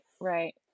right